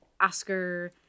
Oscar